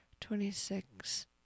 twenty-six